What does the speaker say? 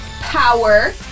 Power